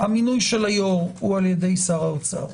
המינוי של היו"ר הוא על-ידי שר האוצר.